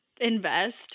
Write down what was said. invest